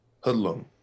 hoodlum